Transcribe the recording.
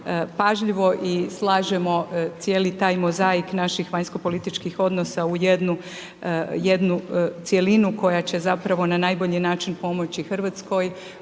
pažljivo i slažemo cijeli taj mozaik naših vanjsko-političkih odnosa u jednu cjelinu koja će zapravo na najbolji način pomoći Hrvatskoj